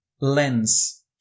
lens